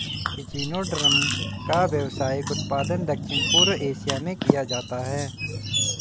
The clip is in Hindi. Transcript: इचिनोडर्म का व्यावसायिक उत्पादन दक्षिण पूर्व एशिया में किया जाता है